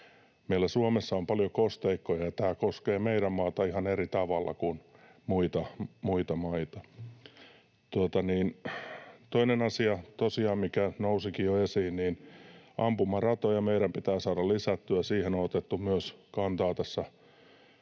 Meillä Suomessa on paljon kosteikkoja, ja tämä koskee meidän maata ihan eri tavalla kuin muita maita. Toinen asia tosiaan, mikä nousikin jo esiin: ampumaratoja meidän pitää saada lisättyä. Siihen on otettu myös kantaa tässä